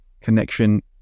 connection